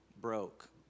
broke